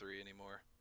anymore